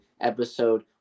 episode